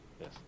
yes